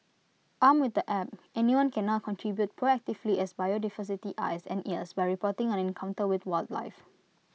armed with the app anyone can now contribute proactively as bio diversity's eyes and ears by reporting an encounter with wildlife